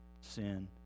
sin